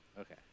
Okay